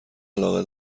علاقه